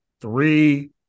three